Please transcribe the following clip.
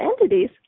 entities